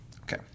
Okay